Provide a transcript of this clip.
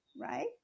right